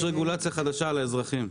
יש רגולציה חדשה על האזרחים.